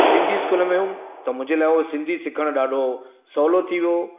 Sindhi school में हुअमि त मुंहिंजे लाइ उहो सिंधी सिखणु ॾाढो सहुलो थी वियो